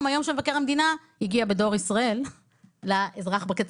או מהיום שמבקר המדינה הגיע בדואר ישראל לאזרח בקצה?